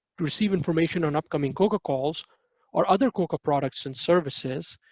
receive information on upcoming coca calls or other coca products and services,